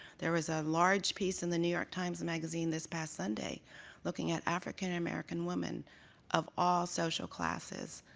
there was a large piece in the new york times magazine this past sunday looking at african-american women of all social classes,